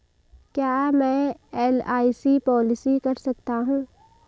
क्या मैं LIC policy कर सकता हूं?